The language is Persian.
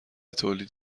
تولید